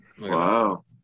Wow